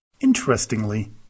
Interestingly